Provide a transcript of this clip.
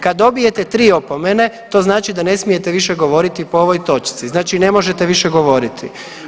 Kad dobijete 3 opomene to znači da ne smije više govoriti po ovoj točci, znači ne možete više govoriti.